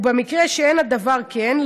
ובמקרה שאין הדבר כן,